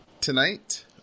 Tonight